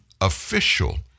official